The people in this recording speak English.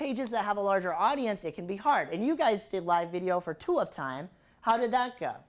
pages that have a larger audience it can be hard and you guys did live video for two of time how did that go